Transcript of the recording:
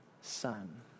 son